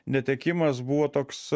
netekimas buvo toks